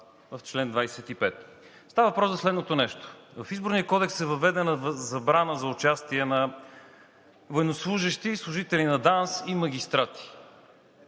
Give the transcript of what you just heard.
в чл. 25. Става въпрос за следното нещо – в Изборния кодекс е въведена забрана за участие на военнослужещи, служители на ДАНС и магистрати.